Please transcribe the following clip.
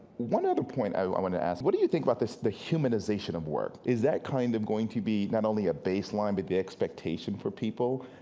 one other point i wanted to ask, what do you think about the humanization of work? is that kind of going to be not only a baseline but the expectation for people?